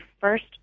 first